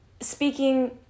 speaking